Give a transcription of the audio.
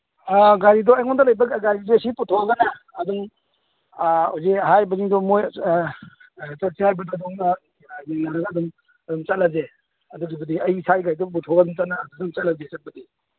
ꯑꯥ ꯒꯥꯔꯤꯗꯣ ꯑꯩꯉꯣꯟꯗ ꯂꯩꯕ ꯒꯥꯔꯤꯁꯦ ꯁꯤ ꯄꯨꯊꯣꯛꯑꯒꯅꯦ ꯑꯗꯨꯝ ꯍꯧꯖꯤꯛ ꯍꯥꯏꯔꯤꯕꯁꯤꯡꯗꯣ ꯃꯣꯏ ꯆꯠꯁꯦ ꯌꯦꯡꯅꯔꯒ ꯑꯗꯨꯝ ꯆꯠꯂꯁꯦ ꯑꯗꯨꯒꯤꯕꯨꯗꯤ ꯑꯩ ꯏꯁꯥꯒꯤ ꯒꯥꯔꯤꯗꯣ ꯑꯗꯨꯝ ꯄꯨꯊꯣꯛꯑꯒ ꯆꯠꯂꯁꯦ ꯆꯠꯄꯗꯤ